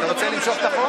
אתה רוצה למשוך את החוק?